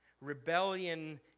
rebellion